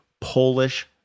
Polish